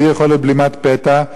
בלי יכולת בלימת פתע,